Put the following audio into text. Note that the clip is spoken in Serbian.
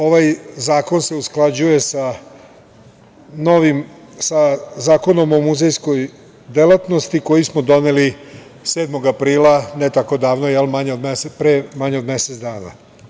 Ovaj zakon se usklađuje sa Zakonom o muzejskoj delatnosti koju smo doneli 7. aprila, ne tako davno, pre manje od mesec dana.